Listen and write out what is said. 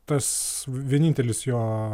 tas vienintelis jo